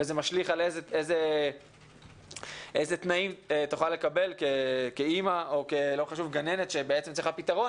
וזה משליך על איזה תנאים תוכל לקבל גננת שצריכה פתרון,